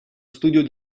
studio